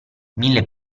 mille